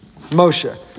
Moshe